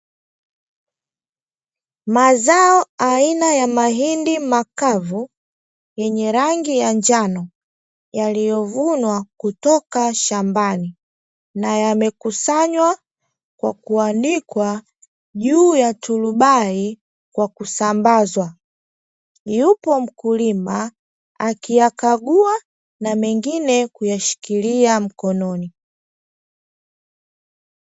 Mazao aina ya mahindi makavu yenye rangi ya njano, yaliyovunwa kutoka shambani na yamekusanywa kwa kuanikwa juu ya turubai kwa kusambazwa, yupo mkulima akiyakagua na mengine kuyashikilia mkononi.